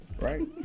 right